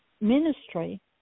ministry